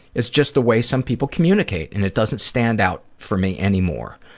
it's just the way some people communicate and it doesn't stand out for me anymore.